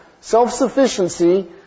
self-sufficiency